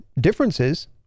differences